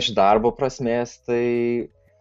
iš darbo prasmės tai